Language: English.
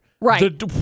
Right